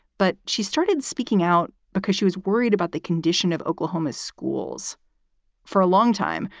but she started speaking out because she was worried about the condition of oklahoma's schools for a long time.